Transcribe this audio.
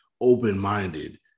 open-minded